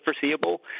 foreseeable